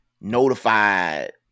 notified